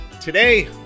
Today